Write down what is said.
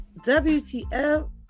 WTF